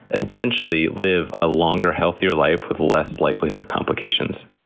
essentially, live a longer, healthier life with less likelihood of complications.